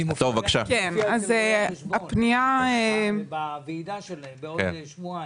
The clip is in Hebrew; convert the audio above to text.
אני הולך להופיע בוועידה של רואי החשבון בעוד שבועיים.